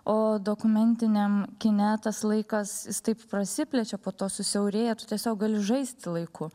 o dokumentiniam kine tas laikas jis taip prasiplečia po to susiaurėja tiesiog gali žaisti laiku